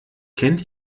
kennt